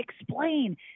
explain